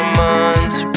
months